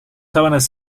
sabanas